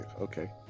okay